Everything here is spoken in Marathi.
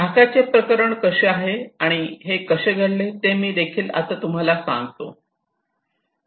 ढाकाचे प्रकरण कसे आहे आणि हे कसे घडले ते मी आता देखील मी तुम्हाला सांगतो